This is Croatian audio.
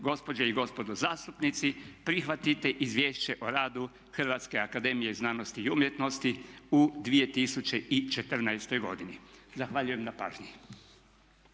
gospođe i gospodo zastupnici prihvatite izvješće o radu Hrvatske akademije znanosti i umjetnosti u 2014. godini. Zahvaljujem na pažnji.